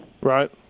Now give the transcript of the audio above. Right